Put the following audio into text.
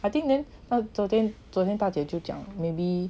I think then eh 昨天昨天大姐就讲 maybe